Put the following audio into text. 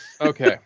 Okay